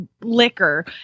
liquor